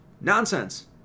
nonsense